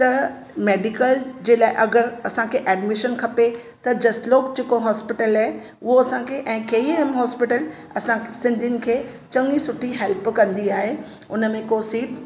त मेडिकल जे लाइ अगरि असांखे एडमिशन खपे त जसलोक जेको हॉस्पीटल आहे उहो असांखे ऐं के ई एम हॉस्पीटल असांखे सिंधियुनि खे चङी सुठी हेल्प कंदी आहे उनमें को सीट